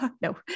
no